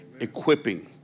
equipping